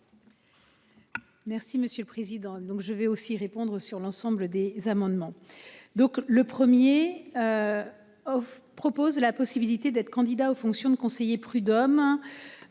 Merci monsieur le président. Donc je vais aussi répondre sur l'ensemble des amendements donc le 1er. Of propose la possibilité d'être candidat aux fonctions de conseiller prud'hommes